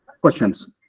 questions